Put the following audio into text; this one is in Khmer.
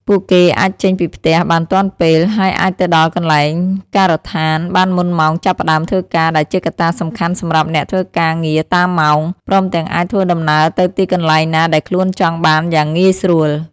ពួកគេអាចចេញពីផ្ទះបានទាន់ពេល ហើយអាចទៅដល់កន្លែងការដ្ឋានបានមុនម៉ោងចាប់ផ្តើមធ្វើការដែលជាកត្តាសំខាន់សម្រាប់អ្នកធ្វើការងារតាមម៉ោង ព្រមទាំងអាចធ្វើដំណើរទៅទីកន្លែងណាដែលខ្លួនចង់បានយ៉ាងងាយស្រួល។